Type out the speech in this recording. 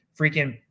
Freaking